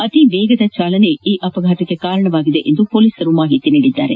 ಅತಿ ವೇಗದ ಚಾಲನೆ ಆಟೋ ಅಪಘಾತಕ್ಕೆ ಕಾರಣವಾಗಿದೆ ಎಂದು ಪೊಲೀಸರು ತಿಳಿಸಿದ್ದಾರೆ